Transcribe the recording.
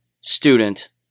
student